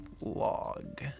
Log